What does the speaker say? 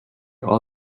all